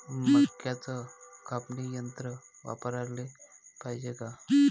मक्क्याचं कापनी यंत्र वापराले पायजे का?